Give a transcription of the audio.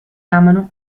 amano